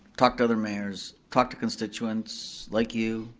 talked to other mayors, talked to constituents, like you.